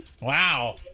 Wow